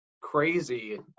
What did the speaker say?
crazy